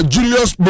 Julius